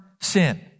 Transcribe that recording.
sin